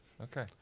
Okay